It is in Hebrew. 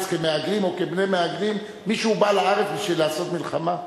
כמהגרים או כבני מהגרים מישהו בא לארץ בשביל לעשות מלחמה?